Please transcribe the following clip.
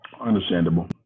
Understandable